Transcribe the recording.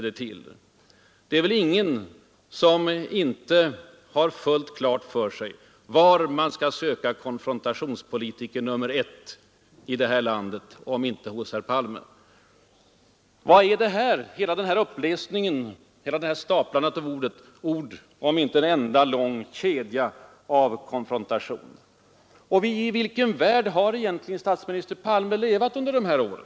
Det är väl ingen som inte har fullt klart för sig var man skall söka konfrontationspolitikern nummer ett i det här landet om inte hos herr Palme. Vad är hela herr Palmes långa anförande, detta staplande av invektiv på varandra, om inte en enda lång konfrontationskedja? I vilken värld har egentligen statsminister Palme levat under de här åren?